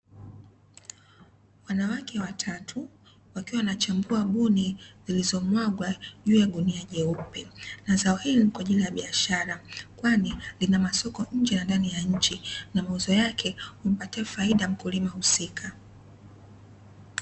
Wanawake watatu wakiwa wanachambua buni zilizomwagwa juu ya gunia jeupe. Na zao hili ni kwa ajili ya biashara kwani lina masoko nje na ndani ya nchi, na mauzo yake humpatia faida mkulima husika.